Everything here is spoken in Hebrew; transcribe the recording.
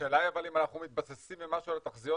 השאלה אם אנחנו מתבססים במשהו על התחזיות